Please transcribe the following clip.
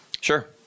Sure